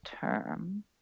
term